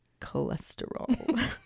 cholesterol